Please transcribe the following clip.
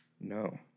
No